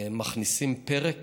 מכניסים פרק